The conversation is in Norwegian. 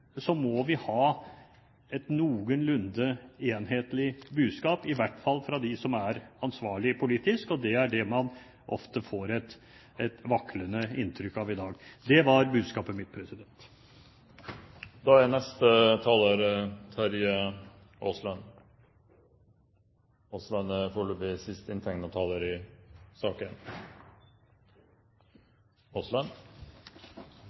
må vi ha et noenlunde enhetlig budskap, i hvert fall fra dem som er ansvarlig politisk. Det er det man ofte får et vaklende inntrykk av i dag. Det var budskapet mitt. Jeg vil også slutte meg til dem som synes at dette har vært en god og nødvendig debatt. Havbruksnæringen har vært underlagt mye debatt og medieomtale i